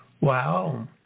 Wow